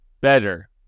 better